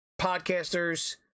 podcasters